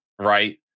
Right